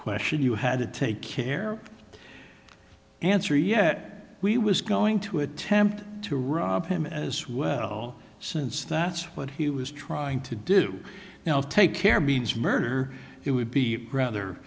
question you had to take care answer yet we was going to attempt to rob him as well since that's what he was trying to do now take care beans murder it would be rather